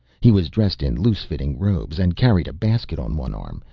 he was dressed in loose-fitting robes and carried a basket on one arm,